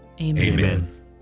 Amen